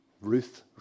ruth